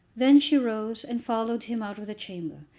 then she rose, and followed him out of the chamber,